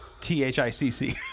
T-H-I-C-C